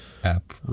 App